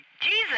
Jesus